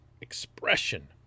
expression